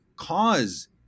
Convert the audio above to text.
cause